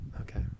Okay